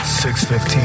6:15